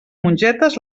mongetes